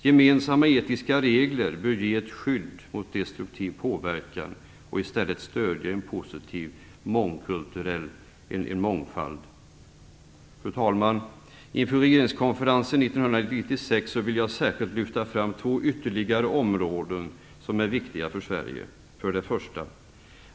Gemensamma etiska regler bör ge ett skydd mot destruktiv påverkan och i stället stödja en positiv kulturell mångfald. Fru talman! Inför regeringskonferensen 1996 vill jag särskilt lyfta fram två ytterligare områden som är viktiga för Sverige: 1.